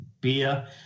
beer